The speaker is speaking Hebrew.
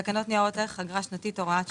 תקנות ניירות ערך (אגרה שנתית)(הוראה שעה),